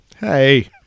Hey